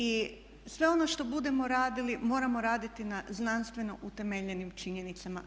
I sve ono što budemo radili moramo raditi na znanstveno utemeljenim činjenicama.